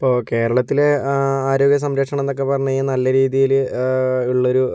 ഇപ്പോൾ കേരളത്തിൽ ആരോഗ്യ സംരക്ഷണം എന്നൊക്കെ പറഞ്ഞു കഴിഞ്ഞാൽ നല്ല രീതിയിൽ ഉള്ളൊരു